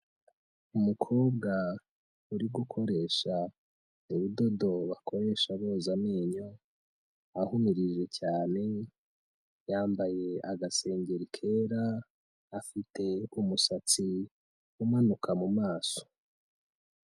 Umukobwa uri gukoresha urudodo bakoresha boza amenyo ahumirije cyane, yambaye agasengeri kera afite umusatsi umanuka mu maso